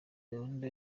gahunda